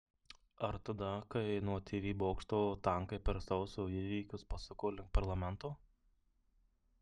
ar tada kai nuo tv bokšto tankai per sausio įvykius pasuko link parlamento